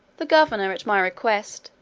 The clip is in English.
the governor, at my request,